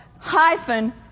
hyphen